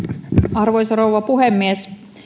arvoisa rouva puhemies